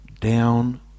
down